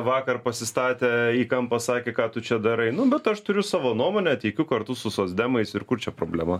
vakar pasistatę į kampą sakė ką tu čia darai nu bet aš turiu savo nuomonę teikiu kartu su socdemais ir kur čia problema